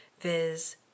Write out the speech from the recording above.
viz